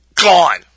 gone